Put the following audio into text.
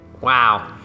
Wow